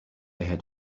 had